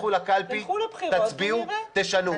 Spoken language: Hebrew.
לכו לקלפי, תצביעו, תשנו.